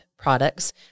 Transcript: products